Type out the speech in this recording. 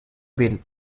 bill